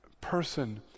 person